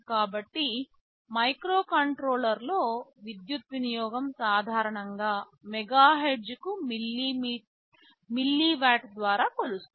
కాబట్టి మైక్రోకంట్రోలర్లలో విద్యుత్ వినియోగం సాధారణంగా మెగాహెర్ట్జ్కు మిల్లీవాట్ ద్వారా కొలుస్తారు